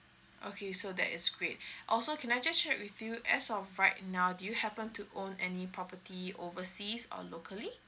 okay so that is great also can I just check with you as of right now do you happen to own any property overseas or locally